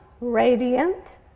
radiant